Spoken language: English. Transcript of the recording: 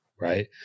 right